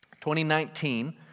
2019